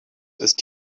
ist